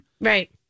Right